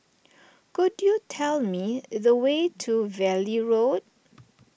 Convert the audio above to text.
could you tell me the way to Valley Road